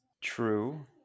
True